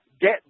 get